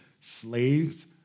slaves